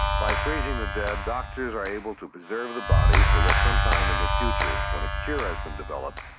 by freezing the dead, doctors are able to preserve the body so that sometime in the future, when a cure has been developed,